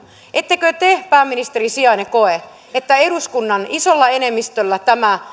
ettekö te pääministerin sijainen koe että eduskunnan isolla enemmistöllä tämä